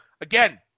again